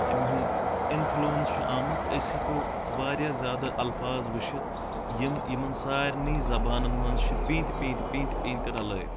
امہِ ہُنٛد اِنفلوینس چھُ آمُت أسۍ ہٮ۪کو واریاہ زیادٕ الفاظ وٕچھِتھ یِم یِمن سارنٕے زبانن منٛز چھُ پیٖنتہِ پیٖنتہِ پیٖنتہِ پیٖنتہِ رلٲیِتھ